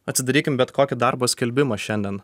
atsidarykim bet kokį darbo skelbimą šiandien